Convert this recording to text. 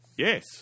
Yes